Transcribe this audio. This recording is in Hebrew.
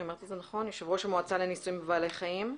יושב ראש המועצה לניסויים בבעלי חיים.